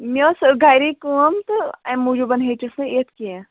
مےٚ ٲس گَرِی کٲم تہٕ اَمہِ موٗجوٗب ہیٚچِس نہٕ یِتھ کیٚنٛہہ